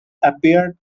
appeared